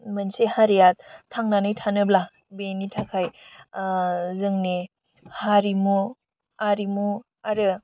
मोनसे हारिया थांनानै थानोब्ला बेनि थाखाय जोंनि हारिमु आरिमु आरो